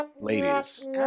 ladies